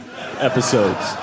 episodes